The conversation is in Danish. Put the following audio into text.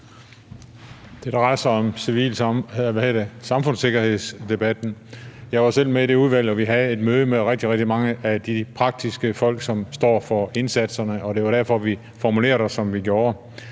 Det drejer sig om civilsamfundssikkerhedsdebatten. Jeg var selv med i det udvalg, og vi havde møde med rigtig, rigtig mange at de folk, som rent praktisk står for indsatserne, og det var derfor, vi formulerede os, som vi gjorde.